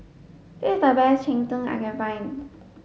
this is the best cheng tng that I can find